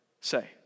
say